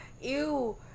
Ew